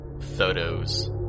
photos